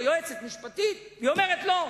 או יועצת משפטית, והיא אומרת לא.